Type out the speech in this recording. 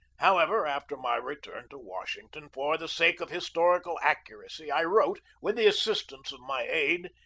however, after my return to washington for the sake of historical accuracy i wrote, with the assistance of my aide,